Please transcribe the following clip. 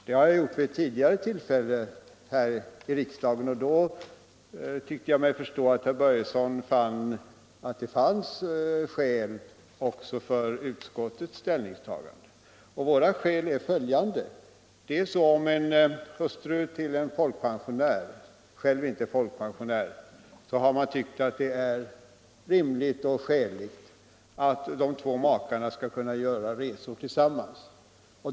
Det har jag gjort vid ett tidigare tillfälle här i riksdagen, och då tyckte jag mig förstå att herr Börjesson fann att det förelåg skäl också för utskottets ställningstagande. Våra skäl är följande: Man har tyckt att om en hustru till en folkpensionär själv inte är folkpensionär men har hustrutillägg är det rimligt och skäligt att de två makarna skall kunna göra resor tillsammans.